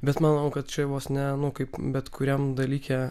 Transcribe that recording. bet manau kad čia vos ne nu kaip bet kuriam dalyke